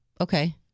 Okay